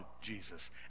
Jesus